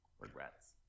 Regrets